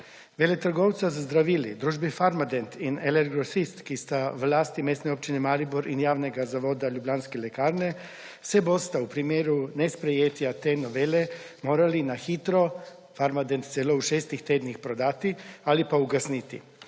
Veletrgovca z zdravili, družbi Farmadent in LL Grosist, ki sta v lasti Mestne občine Maribor in Javnega zavoda Ljubljanske lekarne, se bosta v primeru nesprejetja te novele morala na hitro, Farmadent celo v šestih tednih, prodati ali pa ugasniti.